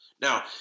Now